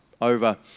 over